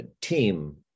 team